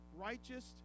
righteous